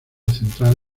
central